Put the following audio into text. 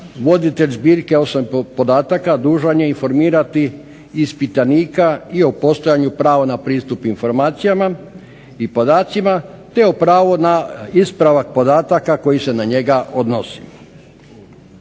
voditelj zbirke osobnih podataka dužan je informirati ispitanika i o postojanju prava na pristup informacijama i podacima te pravo na ispravak podataka koji se na njega odnosi.